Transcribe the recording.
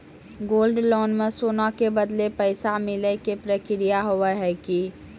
Gold loan मे सोना के बदले पैसा मिले के प्रक्रिया हाव है की?